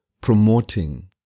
promoting